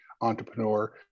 entrepreneur